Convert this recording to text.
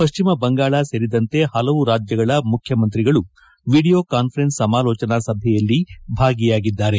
ಪಶ್ಚಿಮ ಬಂಗಾಳ ಸೇರಿದಂತೆ ಹಲವು ರಾಜ್ದಗಳ ಮುಖ್ಲಮಂತ್ರಿಗಳು ವಿಡಿಯೋ ಕಾನ್ವರೆನ್ಸ್ ಸಮಾಲೋಚನಾ ಸಭೆಯಲ್ಲಿ ಭಾಗಿಯಾಗಿದ್ದಾರೆ